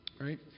Right